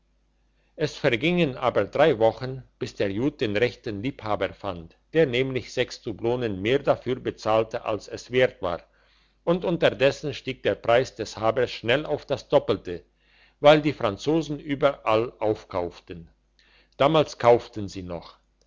es vergingen aber drei wochen bis der jud den rechten liebhaber fand der nämlich dublonen mehr dafür bezahlte als es wert war und unterdessen stieg der preis des habers schnell auf das doppelte weil die franzosen überall aufkauften damals kauften sie noch